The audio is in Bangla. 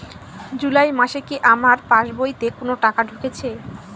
জুলাই মাসে কি আমার পাসবইতে কোনো টাকা ঢুকেছে?